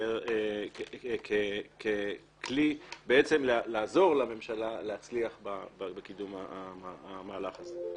יותר ככלי בעצם לעזור לממשלה להצליח בקידום המהלך הזה.